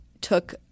took